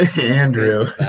Andrew